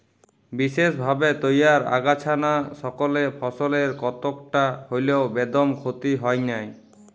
বিসেসভাবে তইয়ার আগাছানাসকলে ফসলের কতকটা হল্যেও বেদম ক্ষতি হয় নাই